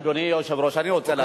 אדוני היושב-ראש, אני רוצה לענות לך.